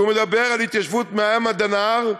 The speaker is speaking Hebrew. שמדבר על התיישבות מהים עד הנהר,